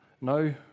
No